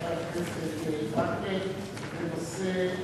חבר הכנסת מקלב, בנושא: